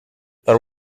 there